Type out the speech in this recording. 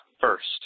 first